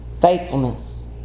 faithfulness